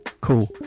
Cool